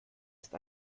ist